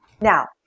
Now